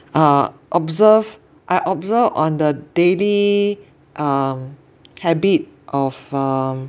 uh observe I observe on the daily um habit of um